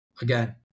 again